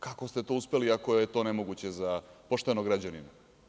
Kako ste to uspeli ako je to nemoguće za poštenog građanina.